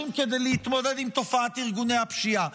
כדי להתמודד עם תופעת ארגוני הפשיעה?